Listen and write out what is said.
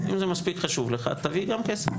אם זה מספיק חשוב לך, תביא גם כסף.